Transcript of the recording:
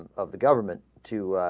of the government to